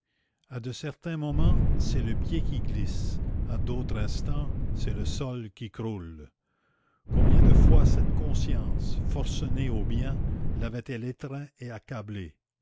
à de certains moments c'est le pied qui glisse à d'autres instants c'est le sol qui croule combien de fois cette conscience forcenée au bien l'avait-elle étreint et accablé